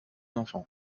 enfants